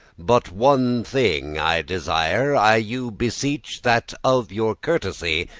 but one thing i desire i you beseech, that of your courtesy,